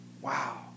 Wow